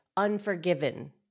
unforgiven